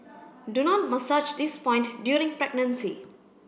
do not massage this point during pregnancy